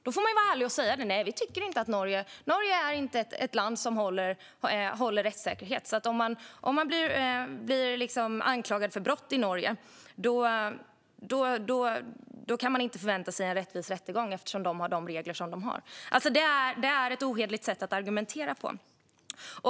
Då får man vara ärlig och säga att Norge inte är att land som upprätthåller rättssäkerheten. Om man blir anklagad för brott i Norge kan man inte förvänta sig en rättvis rättegång på grund av reglerna som finns där. Det är ett ohederligt sätt att argumentera på.